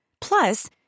Plus